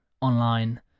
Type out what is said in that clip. online